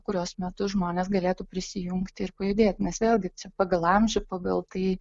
kurios metu žmonės galėtų prisijungti ir pajudėti nes vėlgi pagal amžių pagal tai